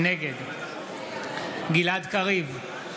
נגד גלעד קריב,